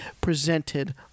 presented